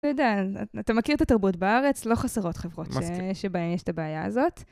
אתה יודע, אתה מכיר את התרבות בארץ, לא חסרות חברות שבן יש את הבעיה הזאת.